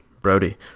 Brody